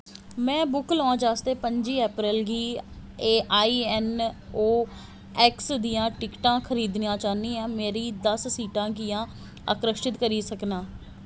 मैं book launch आस्तै पंजी अप्रैल गी आई एन ओ एक्स दियां टिकटां खरीदना चाह्न्नां मेरी दस सीटां कि'यां आरक्षित करी सकनां